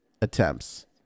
attempts